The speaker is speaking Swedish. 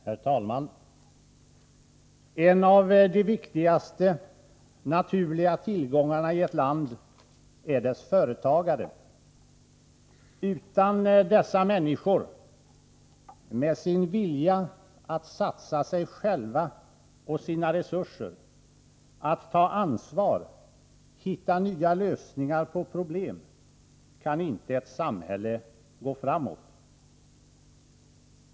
Herr talman! En av de viktigaste naturliga tillgångarna i ett land är dess företagare. Utan dessa människor med sin vilja att satsa sig själva och sina resurser, att ta ansvar, hitta nya lösningar på problem kan inte ett samhälle gå framåt.